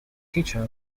teacher